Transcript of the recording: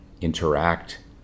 interact